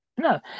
No